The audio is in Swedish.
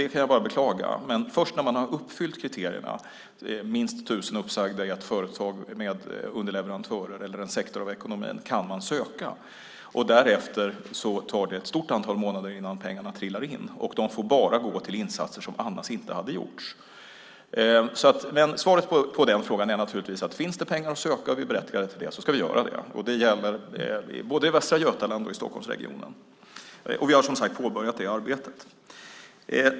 Det kan jag bara beklaga. Men först när man har uppfyllt kriterierna - minst 1 000 uppsagda i ett företag med underleverantörer eller en sektor av ekonomin - kan man söka. Därefter tar det ett stort antal månader innan pengarna trillar in, och de får bara gå till insatser som annars inte hade gjorts. Men svaret på den frågan är naturligtvis: Finns det pengar att söka och vi är berättigade till det ska vi göra det. Det gäller både i Västra Götaland och i Stockholmsregionen. Och vi har, som sagt, påbörjat detta arbete.